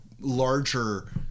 larger